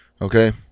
okay